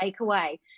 takeaway